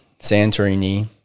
Santorini